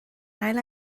ail